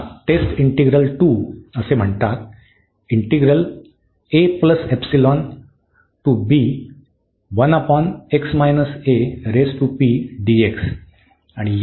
याला test integral II म्हणतात